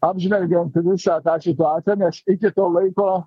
apžvelgėm t visą tą situaciją nes iki to laiko